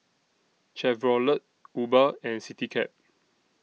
Chevrolet Uber and Citycab